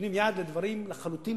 שנותנים יד לדברים שהם מנוגדים לחלוטין